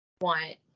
want